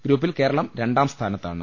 ഗ്രൂപ്പിൽ കേരളം രണ്ടാം സ്ഥാനത്താണ്